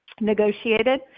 negotiated